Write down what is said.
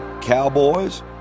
cowboys